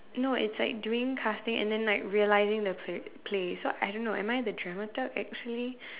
no it's like doing casting and then like realizing the play play so I don't know am I the drama type actually